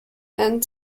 and